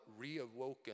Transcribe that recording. reawoken